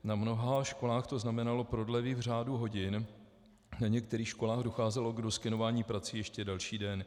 Na mnoha školách to znamenalo prodlevy v řádu hodin, na některých školách docházelo k doskenování prací ještě další den.